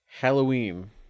Halloween